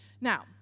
Now